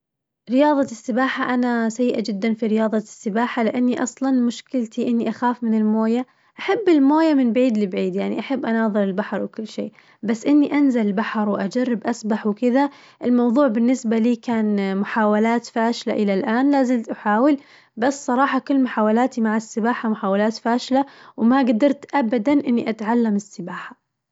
رياظة السباحة أنا سيئة جداً في رياظة السباحة لأني أصلاً مشكلتي إني أخاف من الموية، أحب الموية من بعيد لبعيد يعني أحب أناظر البحر وكل شي بس إني أنزل البحر وأجرب أسبح وكذا الموظوع بالنسبة لي كان محاولات فاشلة إلى الآن، لازلت أحاول بس صراحة كل محاولاتي مع السباحة محاولات فاشلة وما قدرت أبداً إني أتعلم السباحة.